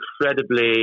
incredibly